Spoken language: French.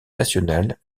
national